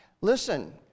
Listen